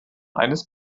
eines